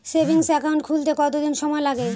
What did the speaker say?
Savings account খুলতে কতদিন সময় লাগে?